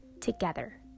together